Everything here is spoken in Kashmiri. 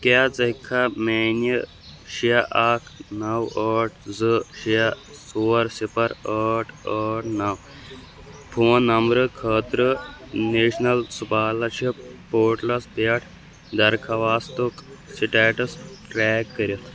کیٛاہ ژٕ ہیٚکھا میانہِ شےٚ اَکھ نَو ٲٹھ زٕ شےٚ ژور صِفَر ٲٹھ ٲٹھ نَو فون نمبرٕ خٲطرٕ نیشنل سکالرشِپ پورٹلس پٮ۪ٹھ درخواستُک سٹیٹس ٹریک کٔرِتھ